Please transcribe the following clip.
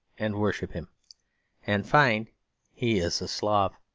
and worship him and find he is a slav.